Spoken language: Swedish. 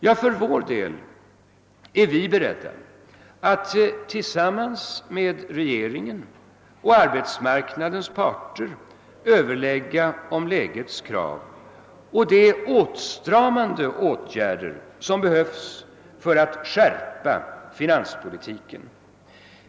Ja, för vår del är vi beredda alt tillsammans med regeringen och arbetsmarknadens parter överlägga om lägets krav och de åtstramande åtgärder, som behövs för att skärpa finanspolitiken.